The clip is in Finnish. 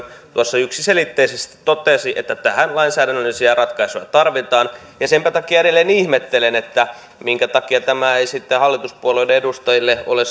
tuossa yksiselitteisesti totesi että tähän lainsäädännöllisiä ratkaisuja tarvitaan senpä takia edelleen ihmettelen minkä takia tämä ei sitten hallituspuolueiden edustajille ole